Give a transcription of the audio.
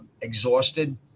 exhausted